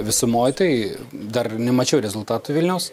visumoj tai dar nemačiau rezultatų vilniaus